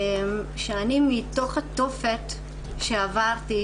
שמתוך התופת שעברתי